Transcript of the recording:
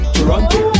Toronto